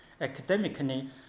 Academically